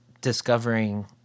discovering